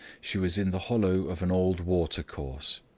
she was in the hollow of an old watercourse.